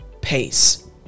pace